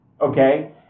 okay